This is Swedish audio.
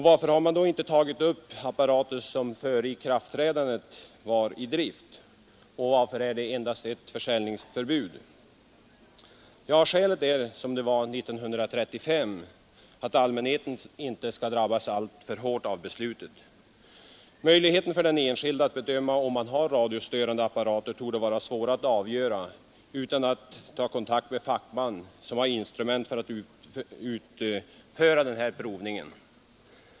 Varför har man då inte tagit med apparater som före ikraftträdandet var i drift, och varför är det endast ett försäljningsförbud? Skälet är — som det också var 1935 — att allmänheten inte skall drabbas alltför hårt av beslutet. Det torde vara svårt för den enskilde att bedöma om han har radiostörande apparater utan att ta kontakt med fackman som har instrument för att utföra provning.